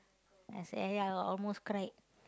I see ya I almost cried